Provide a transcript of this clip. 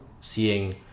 seeing